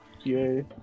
Yay